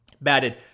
batted